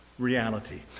Reality